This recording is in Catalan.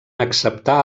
acceptar